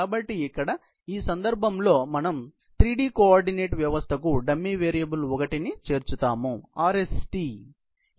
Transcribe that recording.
కాబట్టి ఇక్కడ ఈ సందర్భంలో మనం అక్కడ ఉన్న 3D కోఆర్డినేట్ వ్యవస్థకు డమ్మీ వేరియబుల్ 1 ను చేర్చుతాము RST